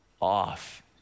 off